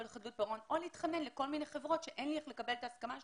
לחדלות פירעון או להתחנן לכל מיני חברות שאין לי איך לקבל את ההסכמה שלהן.